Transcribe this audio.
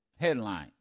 Headline